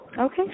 Okay